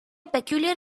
peculiar